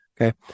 okay